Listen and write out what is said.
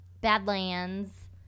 Badlands